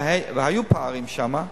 והיו פערים שם,